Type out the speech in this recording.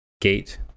gate